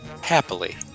Happily